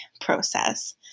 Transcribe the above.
process